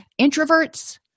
Introverts